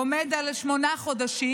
ממוצע העונשים עומד על שמונה חודשים,